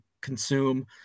consume